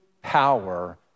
power